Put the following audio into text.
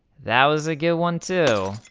that was a good one too,